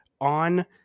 on